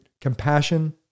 Compassion